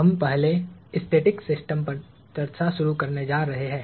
हम पहले static system पर चर्चा शुरू करने जा रहे हैं